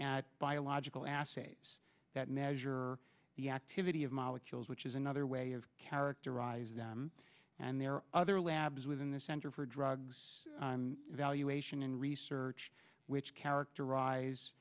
at biological acetates that measure the activity of molecules which is another way of characterizing them and there are other labs within the center for drugs evaluation and research which characterize